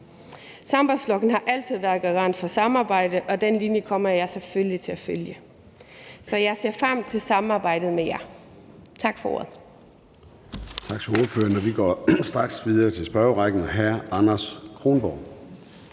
Sambandsflokkurin har altid været garant for samarbejde, og den linje kommer jeg selvfølgelig til at følge. Så jeg ser frem til samarbejdet med jer. Tak for ordet.